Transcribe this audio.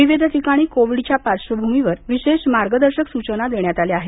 विविध ठिकाणी कोविड च्या पार्श्वभूमीवर विशेष मार्गदर्शक सूचना देण्यात आल्या आहेत